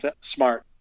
Smart